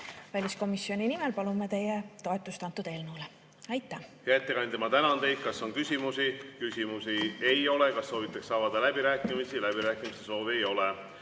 Väliskomisjoni nimel palun teie toetust sellele eelnõule. Aitäh! Hea ettekandja, ma tänan teid! Kas on küsimusi? Küsimusi ei ole. Kas soovitakse avada läbirääkimisi? Läbirääkimiste soovi ei ole.